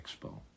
Expo